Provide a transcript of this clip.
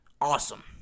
awesome